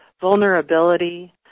vulnerability